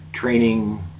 training